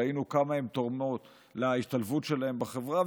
ראינו כמה הן תורמות להשתלבות שלהם בחברה,